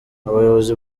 abayobozi